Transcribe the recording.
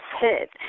hit